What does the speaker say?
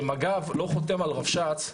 שמג"ב לא חותם על רבש"ץ,